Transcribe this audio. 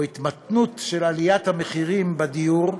או: התמתנות של עליית המחירים בדיור,